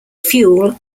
fuel